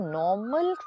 normal